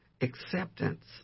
acceptance